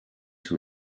into